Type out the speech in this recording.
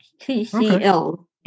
T-C-L